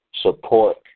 support